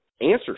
answers